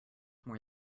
more